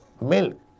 milk